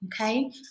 Okay